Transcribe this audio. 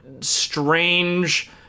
strange